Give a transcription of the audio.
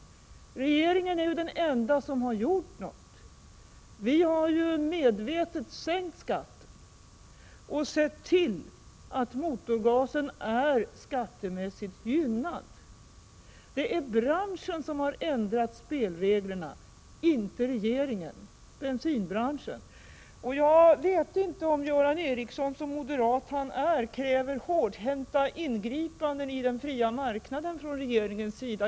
Viiregeringen är ju de enda som gjort något. Vi har medvetet sänkt skatten och sett till att motorgasen är skattemässigt gynnad. Det är bensinbranschen som har ändrat spelreglerna, inte regeringen. Jag vet inte om Göran Ericsson, så moderat han är, kräver hårdhänta ingripanden i den fria marknaden från regeringens sida.